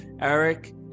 Eric